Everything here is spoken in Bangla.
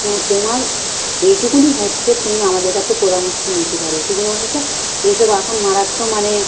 হুম তোমার যেইটুকুনি হচ্ছে তুমি আমাদের কাছে পরামর্শ নিতে পারো কিসে বলো তো এই সব এখন মারাত্মক মানে